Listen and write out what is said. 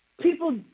people